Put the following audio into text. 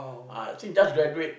ah she just graduate